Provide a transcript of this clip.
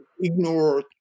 ignore